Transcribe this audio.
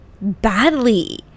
badly